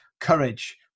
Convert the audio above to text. Courage